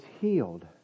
healed